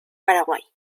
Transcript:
paraguay